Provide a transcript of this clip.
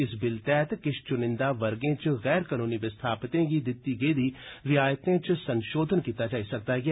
इस बिल तैह्त किश चुनिंदा वर्गे च गैर कनूनी विस्थापितें गी दित्ती गेदी रियायतें च संशोधन कीता जाई सकदा ऐ